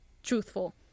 Truthful